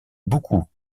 beaucoup